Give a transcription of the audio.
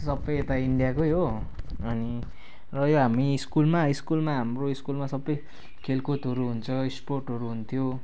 सबै यता इन्डियाकै हो अनि र यो हामी स्कुलमा स्कुलमा हाम्रो स्कुलमा सबै खेलकुदहरू हुन्छ स्पोर्ट्सहरू हुन्थ्यो